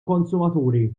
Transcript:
konsumaturi